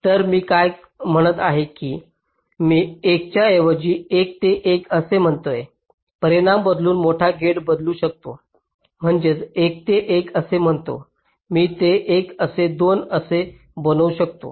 तर मी काय म्हणत आहे की मी 1 च्या ऐवजी 1 ते 1 असे म्हणायचे परिमाण बदलून मोठा गेट बनवू शकतो म्हणजे 1 ते 1 असे म्हणतो मी ते 1 असे 2 असे बनवू शकतो